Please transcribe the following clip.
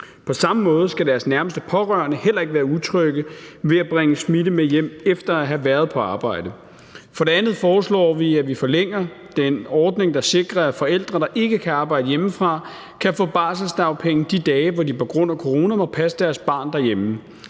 På samme måde skal deres nærmeste pårørende heller ikke være utrygge ved muligheden for at bringe smitte med hjem efter at have været på arbejde. For det andet foreslår vi, at vi forlænger den ordning, der sikrer, at forældre, der ikke kan arbejde hjemmefra, kan få barselsdagpenge de dage, hvor de på grund af corona må passe deres barn derhjemme.